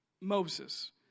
Moses